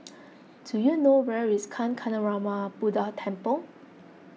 do you know where is Kancanarama Buddha Temple